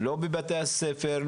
לא בבתי הספר,